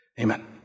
Amen